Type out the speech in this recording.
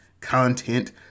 content